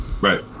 right